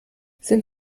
sind